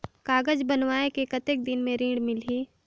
कागज बनवाय के कतेक दिन मे ऋण मिलही?